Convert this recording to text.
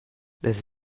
las